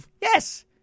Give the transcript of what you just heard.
Yes